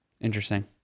Interesting